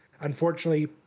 unfortunately